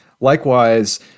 Likewise